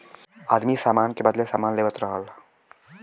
आदमी सामान के बदले सामान लेवत रहल